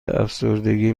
افسردگی